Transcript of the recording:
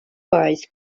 base